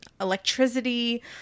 electricity